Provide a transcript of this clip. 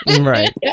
Right